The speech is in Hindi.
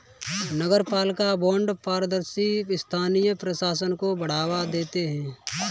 नगरपालिका बॉन्ड पारदर्शी स्थानीय प्रशासन को बढ़ावा देते हैं